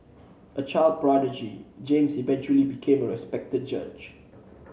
a child prodigy James eventually became a respected judge